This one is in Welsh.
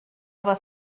efo